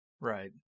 Right